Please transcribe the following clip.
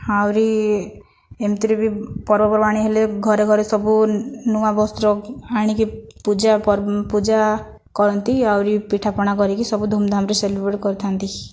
ଆହୁରି ଏମିତିରେ ବି ପର୍ବପର୍ବାଣି ହେଲେ ଘରେ ଘରେ ସବୁ ନୂଆ ବସ୍ତ୍ର ଆଣିକି ପୂଜା ପୂଜା କରନ୍ତି ଆହୁରି ପିଠା ପଣା କରିକି ସବୁ ଧୂମ୍ଧାମ୍ରେ ସେଲିବ୍ରେଟ କରିଥା'ନ୍ତି